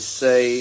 say